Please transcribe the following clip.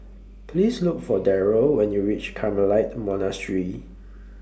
Please Look For Daryl when YOU REACH Carmelite Monastery